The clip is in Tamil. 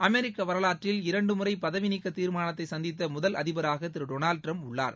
அமெரிக்க வரலாற்றில் இரண்டு முறை பதவிநீக்க் தீர்மானத்தை சந்தித்த முதல் அதிபராக திரு டொனால்டு டிரம்ப் உள்ளார்